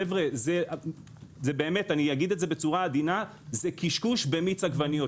חבר'ה, אגיד בצורה עדינה: זה קשקוש במיץ עגבניות.